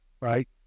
Right